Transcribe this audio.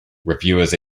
reviewers